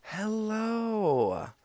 Hello